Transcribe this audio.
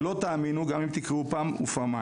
לא תאמינו גם אם תקראו פעם ופעמיים,